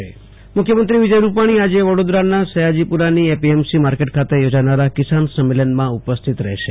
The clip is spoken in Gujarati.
આશુતોષ અંતાણી મુખ્યમંત્રી વડોદરા મુખ્યમંત્રી વિજય રૂપાણી આજે વડોદરાના સયાજીપુરાની એપીએમસી માર્કેટ ખાતે યોજાનારા કિસાન સંમેલનમાં ઉપસ્થિત રહેશે